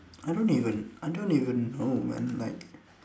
I don't even I don't even know man like